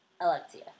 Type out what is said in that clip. Alexia